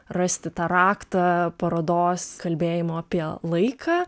rasti tą raktą parodos kalbėjimo apie laiką